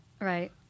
Right